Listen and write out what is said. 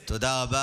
עשר,